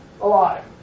alive